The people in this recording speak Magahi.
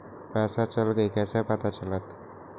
पैसा चल गयी कैसे पता चलत?